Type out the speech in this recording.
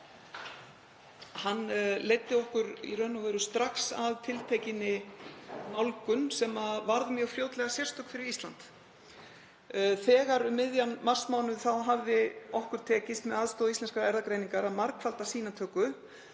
leiddi okkur í raun og veru strax að tiltekinni nálgun sem varð mjög fljótlega sérstök fyrir Ísland. Þegar um miðjan marsmánuð hafði okkur tekist með aðstoð Íslenskrar erfðagreiningar að margfalda sýnatöku